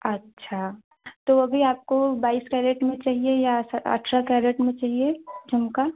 अच्छा तो अभी आपको बाइस कैरेट में चाहिए या अठारह कैरेट में चाहिए झुमका